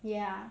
ya